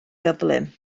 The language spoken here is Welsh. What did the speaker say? gyflym